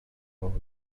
doll